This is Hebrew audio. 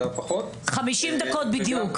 50 דקות בדיוק.